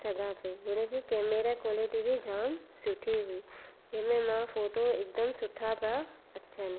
सघां पई हुन जी कैमरा क्वालिटी बि जाम सुठी हुई जंहिंमें मां फोटो हिकदमु सुठा पिया अचनि